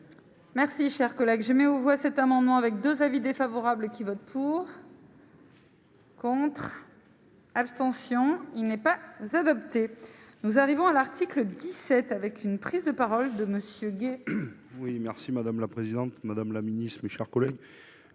Merci, chers collègues, je mets aux voix cet amendement avec 2 avis défavorables qui vote pour. Contre. Abstention : il n'est pas adopté, nous arrivons à l'article 17 avec une prise de parole de Monsieur Gay. Oui merci madame la présidente, madame la ministre, mes chers collègues,